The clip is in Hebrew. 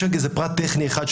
יש רק פרט טכני אחד.